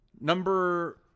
Number